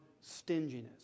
stinginess